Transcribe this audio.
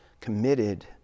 committed